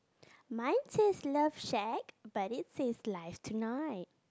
mine says love shag but it says life tonight